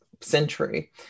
century